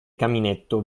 caminetto